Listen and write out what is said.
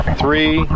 three